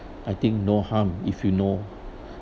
I think no harm if you know